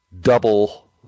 double